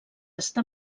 està